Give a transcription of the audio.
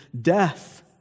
death